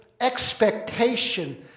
expectation